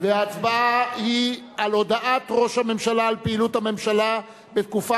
ההצבעה היא על הודעת ראש הממשלה על פעילות הממשלה בתקופה